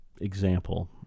example